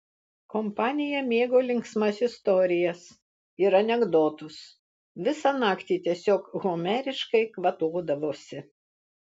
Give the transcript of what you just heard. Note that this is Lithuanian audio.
kompanija mėgo linksmas istorijas ir anekdotus visą naktį tiesiog homeriškai kvatodavosi